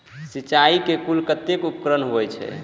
सिंचाई के कुल कतेक उपकरण होई छै?